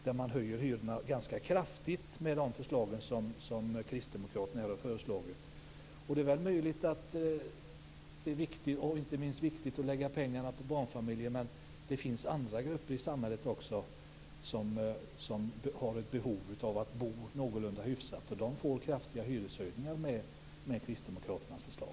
För dem höjs hyrorna ganska kraftigt med Kristdemokraternas förslag. Det är möjligt att det inte är minst viktigt att lägga pengarna på barnfamiljer, men det finns också andra grupper i samhället som har ett behov av att bo någorlunda hyfsat, och de får kraftiga hyreshöjningar med Kristdemokraternas förslag.